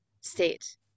state